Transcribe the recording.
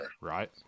right